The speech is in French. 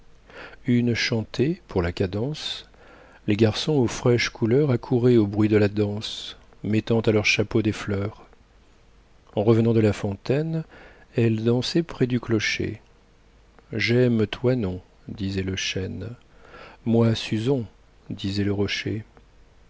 une chantait pour la cadence les garçons aux fraîches couleurs accouraient au bruit de la danse mettant à leurs chapeaux des fleurs en revenant de la fontaine elles dansaient près du clocher j'aime toinon disait le chêne moi suzon disait le rocher